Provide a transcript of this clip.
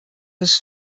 his